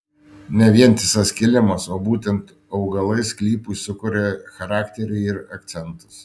ne vientisas kilimas o būtent augalai sklypui sukuria charakterį ir akcentus